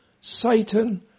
Satan